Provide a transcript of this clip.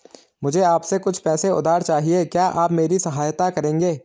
मुझे आपसे कुछ पैसे उधार चहिए, क्या आप मेरी सहायता करेंगे?